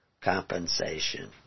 compensation